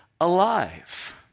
alive